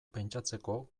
pentsatzeko